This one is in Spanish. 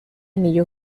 anillo